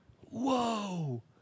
Whoa